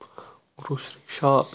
grocery shop